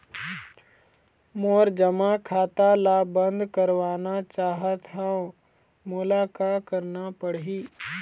मोर जमा खाता ला बंद करवाना चाहत हव मोला का करना पड़ही?